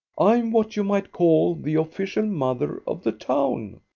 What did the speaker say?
i'm what you might call the official mother of the town.